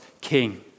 king